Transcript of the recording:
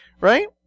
right